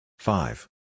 Five